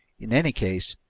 in any case,